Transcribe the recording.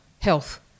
Health